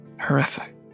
horrific